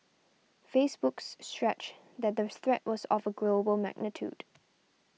Facebook's Stretch that the threat was of a global magnitude